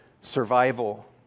survival